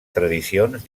tradicions